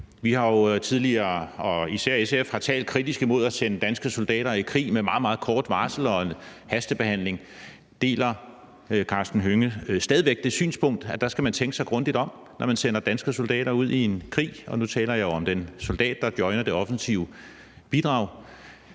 SF har jo tidligere talt kritisk imod at sende danske soldater i krig med meget, meget kort varsel og på baggrund af en hastebehandling. Deler hr. Karsten Hønge stadig væk det synspunkt, altså at man skal tænke sig grundigt om, når man sender danske soldater ud i en krig? Nu taler jeg jo om den soldat, der joiner det offensive bidrag.